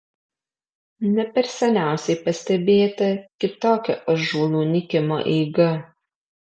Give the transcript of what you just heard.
ne per seniausiai pastebėta kitokia ąžuolų nykimo eiga